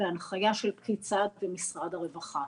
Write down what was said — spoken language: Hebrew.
בהנחיה של פקיד סעד במשרד הרווחה.